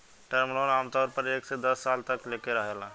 term loan आमतौर पर एक से दस साल तक लेके रहेला